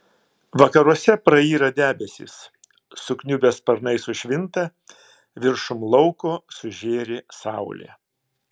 vakaruose prayra debesys sukniubę sparnai sušvinta viršum lauko sužėri saulė